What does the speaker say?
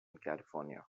california